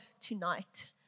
tonight